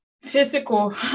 Physical